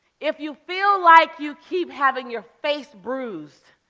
if you feel like you keep having your face bruised,